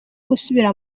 gusubira